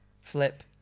Flip